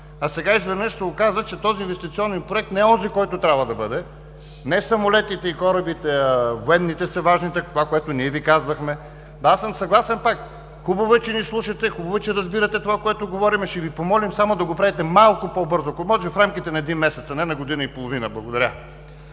а сега изведнъж се оказа, че този инвестиционен проект не е онзи, който трябва да бъде. Не самолетите и корабите – военните, са важните, това, което ние Ви казвахме. Аз съм съгласен пак – хубаво е, че ни слушате, хубаво е, че разбирате това, което говорим, ще Ви помолим само да го правите малко по-бързо, ако може в рамките на един месец, а не на година и половина. Благодаря.